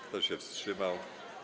Kto się wstrzymał?